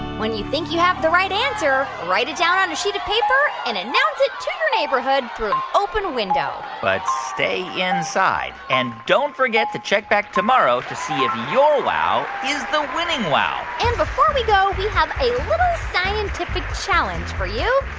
when you think you have the right answer, write it down on a sheet of paper and announce it to your neighborhood through an open window but stay inside. and don't forget to check back tomorrow to see if your wow is the winning wow and before we go, we have a little scientific challenge for you.